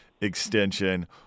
extension